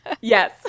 Yes